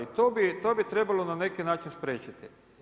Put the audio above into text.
I to bi trebalo na neki način spriječiti.